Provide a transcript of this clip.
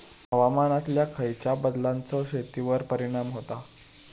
हवामानातल्या खयच्या बदलांचो शेतीवर परिणाम होता?